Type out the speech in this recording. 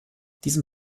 diesem